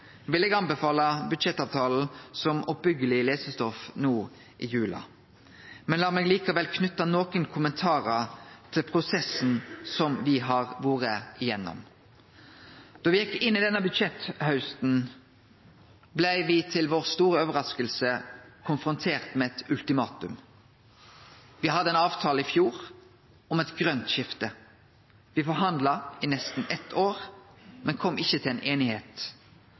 vil eg anbefale budsjettavtalen som oppbyggjeleg lesestoff no i jula. Men la meg likevel knyte nokre kommentarar til prosessen som me har vore gjennom. Da me gjekk inn i denne budsjetthausten, blei me til vår store overrasking konfrontert med eit ultimatum. Me hadde ein avtale i fjor om eit grønt skifte. Me forhandla i nesten eitt år, men kom ikkje til einigheit.